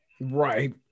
Right